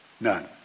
None